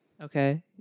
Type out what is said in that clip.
Okay